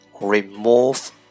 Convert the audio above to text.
remove